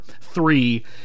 three